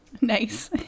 Nice